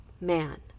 man